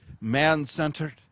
man-centered